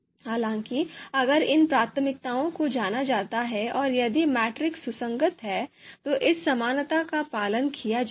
हालांकि अगर इन प्राथमिकताओं को जाना जाता है और यदि मैट्रिक्स सुसंगत है तो इस समानता का पालन किया जाएगा